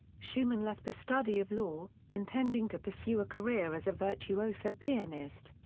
schumann left the study of law, intending to pursue a career as a virtuoso pianist.